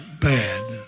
bad